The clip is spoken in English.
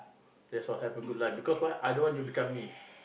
that's all have a good life because why I don't want you become me